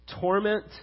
Torment